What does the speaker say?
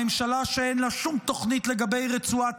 הממשלה שאין לה שום תוכנית לגבי רצועת